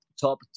top